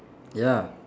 ya